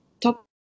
top